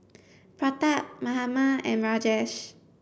Pratap Mahatma and Rajesh